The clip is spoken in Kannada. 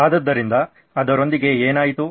ಆದ್ದರಿಂದ ಅದರೊಂದಿಗೆ ಏನಾಯಿತು